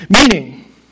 meaning